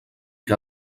què